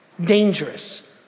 dangerous